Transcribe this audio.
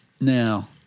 Now